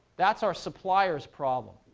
that's our suppliers' problem.